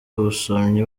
abasomyi